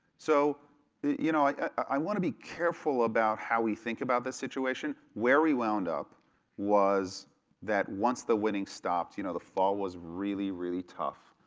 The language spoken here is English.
so you know i i want to be careful about how we think about this situation, where we wound up was that once the winning stopped, you know the fall was really, really tough.